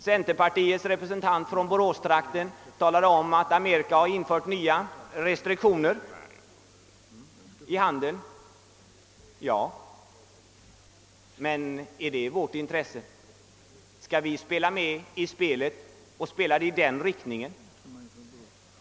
Centerpartiets representant från boråstrakten omtalade att Amerika har infört nya restriktioner i handeln. Är detta i vårt intresse? Skall vi spela med i spelet? Och spela det i den riktningen?